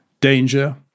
danger